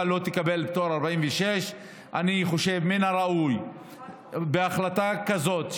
לא תקבל פטור לפי סעיף 46 אני חושב שמן הראוי שבהחלטה כזאת,